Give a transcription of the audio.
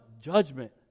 judgment